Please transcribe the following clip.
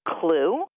clue